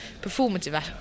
performative